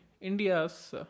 India's